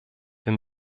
wir